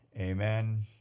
Amen